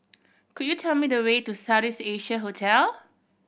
could you tell me the way to South East Asia Hotel